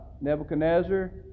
Nebuchadnezzar